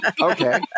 Okay